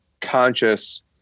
conscious